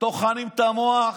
טוחנים את המוח